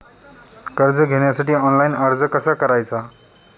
कर्ज घेण्यासाठी ऑनलाइन अर्ज कसा करायचा?